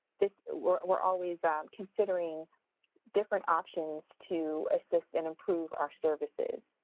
this we're we're always um considering different options to assist and approve our services.